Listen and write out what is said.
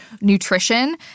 nutrition